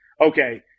okay